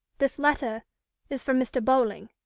this letter is from mr. bowling.